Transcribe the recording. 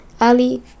Ali